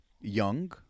young